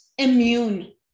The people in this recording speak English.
immune